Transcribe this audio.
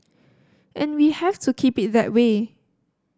and we have to keep it that way